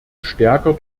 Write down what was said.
stärker